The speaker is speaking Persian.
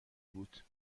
بود